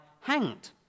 hanged